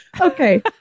okay